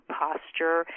posture